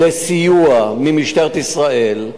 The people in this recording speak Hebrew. לסיוע ממשטרת ישראל,